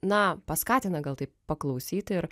na paskatina gal taip paklausyti ir